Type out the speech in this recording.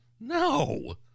No